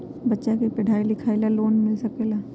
बच्चा के पढ़ाई लिखाई ला भी लोन मिल सकेला?